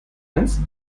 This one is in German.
eins